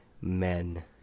men